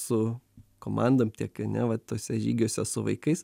su komandom tiek ane va tuose žygiuose su vaikais